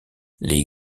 les